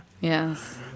Yes